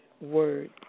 word